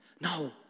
No